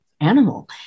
animal